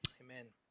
amen